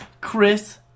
Chris